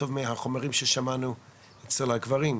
גרוע מהחומרים ששמענו עליהם אצל הגברים.